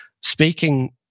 speaking